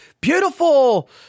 beautiful